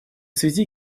связи